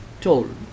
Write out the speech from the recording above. told